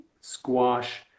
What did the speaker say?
squash